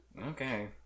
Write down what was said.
Okay